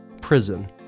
prison